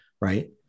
Right